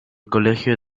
colegio